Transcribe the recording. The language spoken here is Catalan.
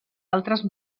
altres